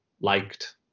liked